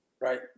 Right